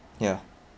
ya